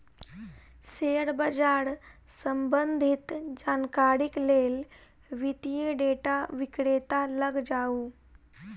share बाजार सम्बंधित जानकारीक लेल वित्तीय डेटा विक्रेता लग जाऊ